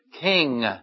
king